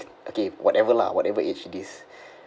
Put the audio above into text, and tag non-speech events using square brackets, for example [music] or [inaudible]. okay whatever lah whatever age it is [breath]